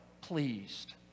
pleased